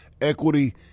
equity